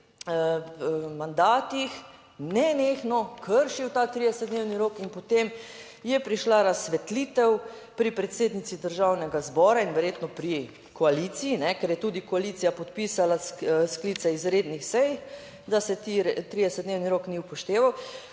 mandatih nenehno kršil ta 30-dnevni rok in potem je prišla razsvetlitev pri predsednici Državnega zbora in verjetno pri koaliciji - ker je tudi koalicija podpisala sklice izrednih sej, da se ti 30 dnevni rok ni upošteval